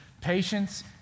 patience